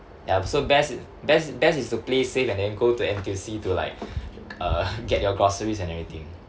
ya so best best best is to play safe and then go to N_T_U_C to like uh get your groceries and everything